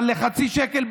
אבל לחצי שקל,